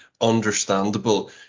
understandable